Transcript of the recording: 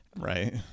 Right